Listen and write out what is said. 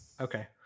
okay